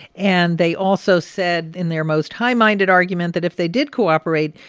and they also said in their most high-minded argument that if they did cooperate,